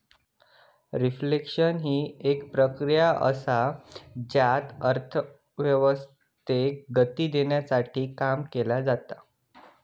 reflection हि एक प्रक्रिया असा ज्यात अर्थव्यवस्थेक गती देवसाठी काम केला जाता